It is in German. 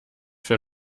für